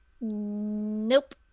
nope